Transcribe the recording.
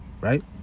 right